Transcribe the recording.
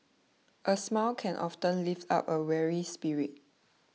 a smile can often lift up a weary spirit